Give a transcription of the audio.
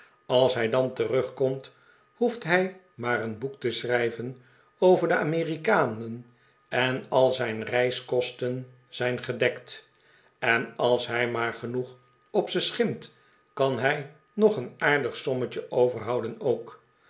als hij dan terugkomt hoeft hij maar een boek te schrijven over de amerikanen en al zijn reiskosten zijn gedekt en als hij maar genoeg op ze schimpt kan hij nog een aardig sommetje overhouden ook